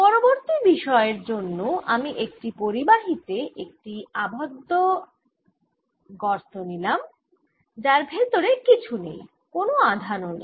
পরবর্তী বিষয়ের জন্য আমি একটি পরিবাহী তে একটি আবদ্ধ গর্ত নিলাম যার ভেতরে কিছু নেই কোন আধান ও নেই